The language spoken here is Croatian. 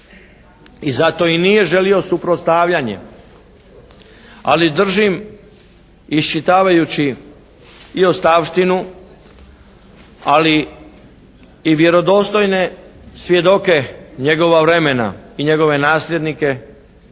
I zato i nije želio suprotstavljanje. Ali držim iščitavajući i ostavštinu ali i vjerodostojne svjedoke njegova vremena i njegove nasljednike,